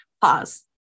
Pause